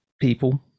people